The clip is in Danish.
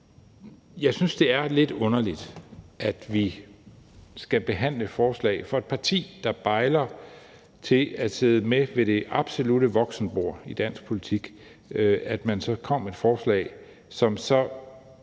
Jeg synes, det er lidt underligt, at et parti, der bejler til at sidde med ved det absolutte voksenbord i dansk politik, kommer med et forslag, som så